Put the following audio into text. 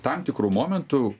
tam tikru momentu